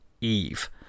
Eve